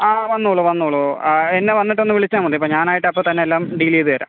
ആ വന്നോളു വന്നോളൂ എന്നെ വന്നിട്ടൊന്ന് വിളിച്ചാൽ മതി അപ്പോൾ ഞാനായിട്ട് അപ്പോൾ തന്നെ എല്ലാം ഡീൽ ചെയ്ത് തരാം